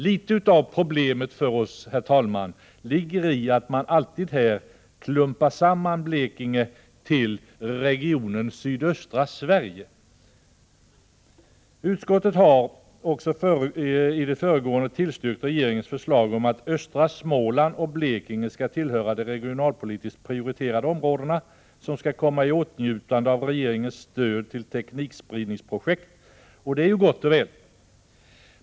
Litet av problemet för oss, herr talman, ligger i att man här alltid klumpar samman Blekinge med regionen sydöstra Sverige. Utskottet har också tillstyrkt regeringens förslag om att östra Småland och Blekinge skall tillhöra de regionalpolitiskt prioriterade områden som skall komma i åtnjutande av regeringens stöd till teknikspridningsprojekt — och det är ju gott och väl.